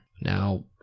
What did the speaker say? Now